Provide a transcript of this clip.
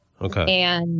Okay